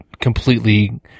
completely